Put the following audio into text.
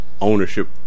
ownership